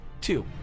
two